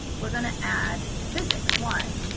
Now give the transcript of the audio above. we're going to add physics one,